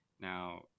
now